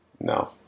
No